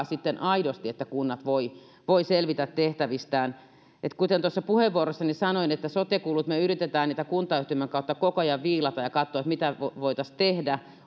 sitten aidosti että kunnat voivat voivat selvitä tehtävistään kuten tuossa puheenvuorossani sanoin sote kulut ovat kuusikymmentä prosenttia me yritämme niitä kuntayhtymän kautta koko ajan viilata ja katsoa mitä voitaisiin tehdä